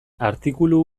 artikulu